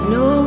no